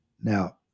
Now